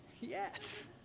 Yes